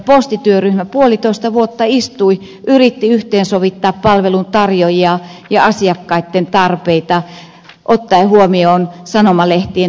postityöryhmä puolitoista vuotta istui yritti yhteensovittaa palveluntarjoajien ja asiakkaitten tarpeita ottaen huomioon sanomalehtien tulevaisuuden